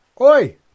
Oi